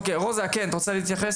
רוזה, את רוצה להתייחס?